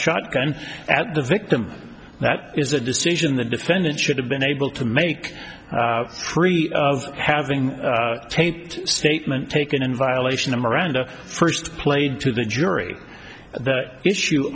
shotgun at the victim that is a decision the defendant should have been able to make three of having taped statement taken in violation of miranda first played to the jury the issue